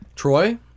Troy